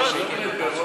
רציתי,